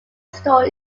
store